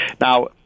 Now